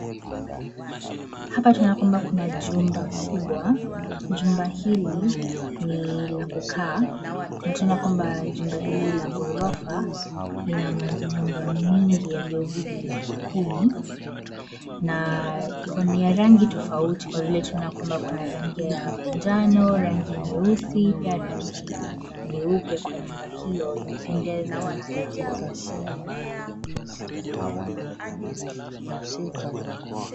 Hapa tunaona kwamba kuna jumba kubwa. Jumba hili ni la kukaa na tunaona kwamba jumba hili la ghorofa lina manyumba mingi yaliyozidi kumi na ni ya rangi tofauti kwa vile tunaona kwamba kuna rangi ya manjano, rangi nyeusi pia rangi nyeupe kwa nyumba hiyo, imependeza sana.